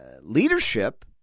leadership